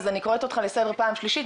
אז אני קוראת אותך לסדר פעם שלישית,